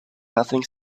nothing